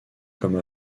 comme